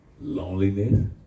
loneliness